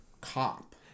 cop